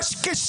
אוניברסיטה